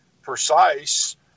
precise